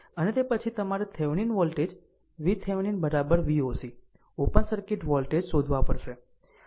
અને તે પછી તમારે Thevenin voltage VThevenin Voc open circuit voltage શોધવા પડશે